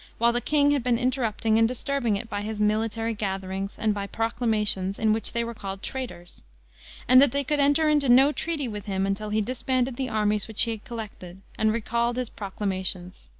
while the king had been interrupting and disturbing it by his military gatherings, and by proclamations, in which they were called traitors and that they could enter into no treaty with him until he disbanded the armies which he had collected, and recalled his proclamations.